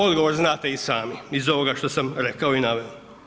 Odgovor znate i samo iz ovoga što sam rekao i naveo.